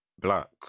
black